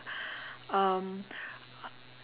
um